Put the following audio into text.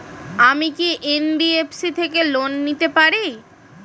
আমি কি এন.বি.এফ.সি থেকে লোন নিতে পারি?